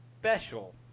special